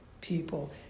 people